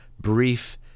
brief